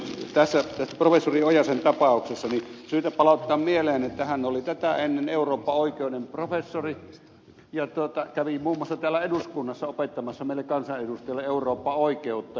tässä professori ojasen tapauksessa on syytä palauttaa mieleen että hän oli tätä ennen eurooppaoikeuden professori ja kävi muun muassa täällä eduskunnassa opettamassa meille kansanedustajille eurooppaoikeutta